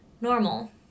normal